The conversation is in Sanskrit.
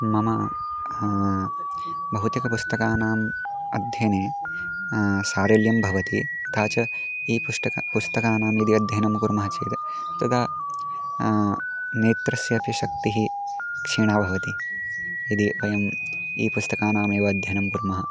मम भौतिकपुस्तकानाम् अध्ययने सारल्यं भवति तथा च ई पुस्तकं पुस्तकानां यदि अध्ययनं कुर्मः चेत् तदा नेत्रस्य अपि शक्तिः क्षीणा भवति यदि वयम् ई पुस्तकानामेव अध्ययनं कुर्मः